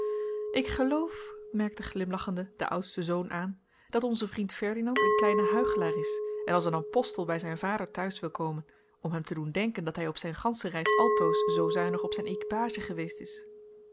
ik geloof merkte glimlachende de oudste zoon aan dat onze vriend ferdinand een kleine huichelaar is en als een apostel bij zijn vader te huis wil komen om hem te doen denken dat hij op zijn gansche reis altoos zoo zuinig op zijn équipage geweest is